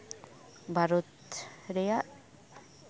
ᱵᱷᱟᱨᱚᱛ ᱨᱮᱭᱟᱜ